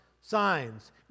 signs